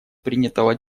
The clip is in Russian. принятого